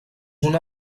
una